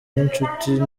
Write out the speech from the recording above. n’inshuti